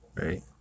right